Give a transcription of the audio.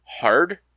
hard